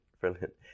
brilliant